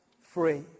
free